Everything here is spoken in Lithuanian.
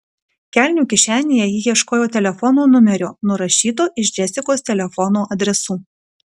kelnių kišenėje ji ieškojo telefono numerio nurašyto iš džesikos telefono adresų